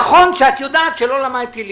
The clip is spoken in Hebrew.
נכון שאת יודעת שלא למדתי ליבה,